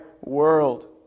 world